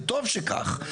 וטוב שכך.